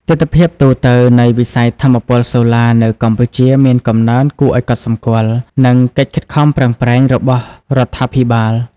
ទិដ្ឋភាពទូទៅនៃវិស័យថាមពលសូឡានៅកម្ពុជាមានកំណើនគួរឱ្យកត់សម្គាល់ និងកិច្ចខិតខំប្រឹងប្រែងរបស់រដ្ឋាភិបាល។